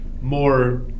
more